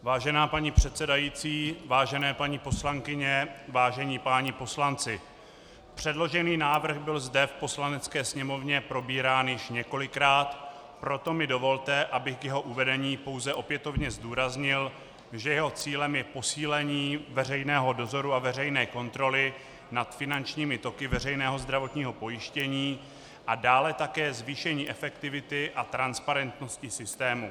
Vážená paní předsedající, vážené paní poslankyně, vážení páni poslanci, předložený návrh byl zde v Poslanecké sněmovně probírán již několikrát, proto mi dovolte, abych k jeho uvedení pouze opětovně zdůraznil, že jeho cílem je posílení veřejného dozoru a veřejné kontroly nad finančními toky veřejného zdravotního pojištění a dále také zvýšení efektivity a transparentnosti systému.